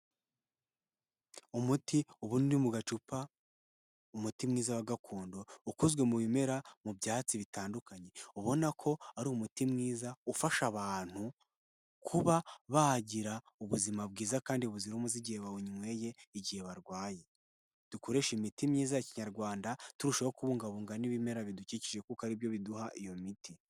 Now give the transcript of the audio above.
Umuti ubundi uri mu gacupa, umuti mwiza wa gakondo. Ukozwe mu bimera, mu byatsi bitandukanye. Ubona ko ari umuti mwiza ufasha abantu kuba bagira ubuzima bwiza kandi buzira umuze igihe bawunyweye, igihe barwaye. Dukoreshe imiti myiza ya kinyarwanda, turushaho kubungabunga n'ibimera bidukikije kuko ari byo biduha iyo miti.